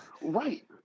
Right